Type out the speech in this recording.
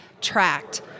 tracked